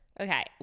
Okay